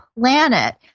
planet